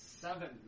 seven